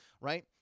right